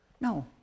No